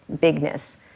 bigness